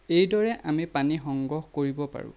এইদৰে আমি পানী সংগ্ৰহ কৰিব পাৰোঁ